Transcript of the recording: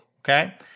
okay